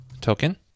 token